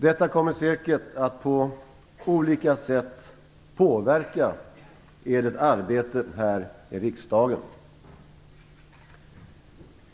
Detta kommer säkert att på olika sätt påverka Edert arbete här i riksdagen.